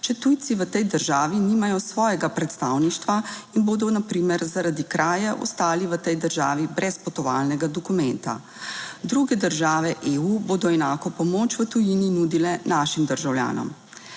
če tujci v tej državi nimajo svojega predstavništva in bodo na primer zaradi kraje ostali v tej državi brez potovalnega dokumenta. Druge države EU bodo enako pomoč v tujini nudile našim državljanom.